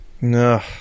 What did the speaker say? No